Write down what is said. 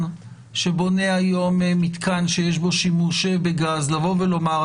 שבונה היום מתקן שיש בו שימוש בגז לבוא ולומר,